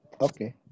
Okay